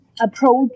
approach